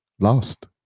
Lost